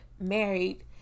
married